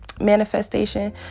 Manifestation